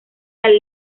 las